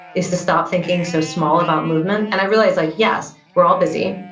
is to stop thinking so small about movement. and i realize, like yes, we're all busy,